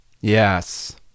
Yes